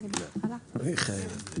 השרים לענייני חקיקה.